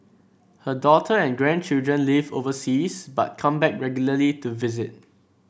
her daughter and grandchildren live overseas but come back regularly to visit